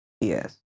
yes